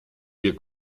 wir